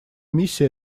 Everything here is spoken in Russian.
миссия